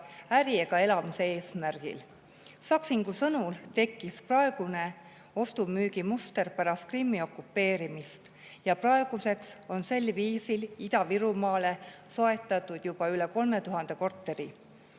äri ega elamise eesmärgil. Saksingu sõnul tekkis praegune ostu-müügimuster pärast Krimmi okupeerimist ja praeguseks on sel viisil Ida-Virumaale soetatud juba üle 3000 korteri.